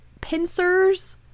pincers